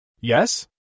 Yes